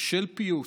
בשל פיוס,